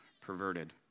perverted